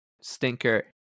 stinker